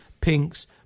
pinks